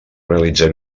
realitzar